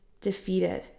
defeated